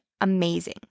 amazing